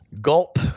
Gulp